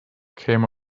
came